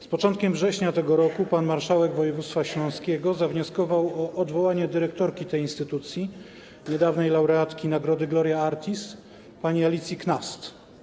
Z początkiem września tego roku pan marszałek województwa śląskiego zawnioskował o odwołanie dyrektorki tej instytucji, niedawnej laureatki nagrody Gloria Artis, pani Alicji Knast.